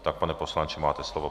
Tak, pane poslanče, máte slovo.